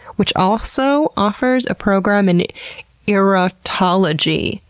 which also offers a program in erotology.